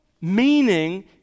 meaning